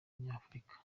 w’umunyafurika